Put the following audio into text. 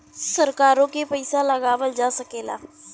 सरकारों के पइसा लगावल जा सकेला